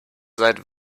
seit